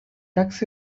tux